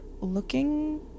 looking –